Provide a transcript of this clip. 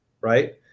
right